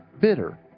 bitter